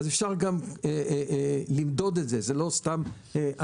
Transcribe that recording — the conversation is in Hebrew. אפשר גם למדוד את זה, זו לא סתם אמירה.